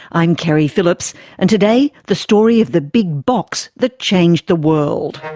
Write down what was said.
i'm keri phillips and today the story of the big box that changed the world.